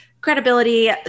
credibility